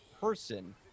person